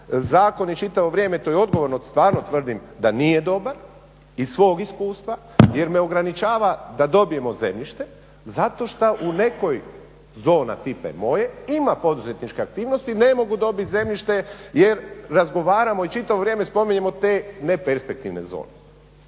zakon i čitavo vrijeme to je odgovorno, stvarno tvrdim da nije dobar iz svog iskustva jer me ograničava da dobijemo zemljište zato što u nekoj zoni tipa moje ima poduzetničke aktivnosti, ne mogu dobit zemljište jer razgovaramo i čitavo vrijeme spominjemo te neperspektivne zone.